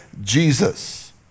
Jesus